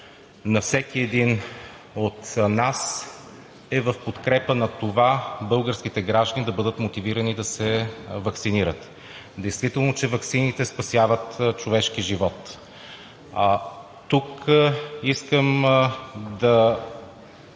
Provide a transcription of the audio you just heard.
на всеки един от нас е в подкрепа на това българските граждани да бъдат мотивирани да се ваксинират. Действително, че ваксините спасяват човешки живот. Искам да